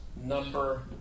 number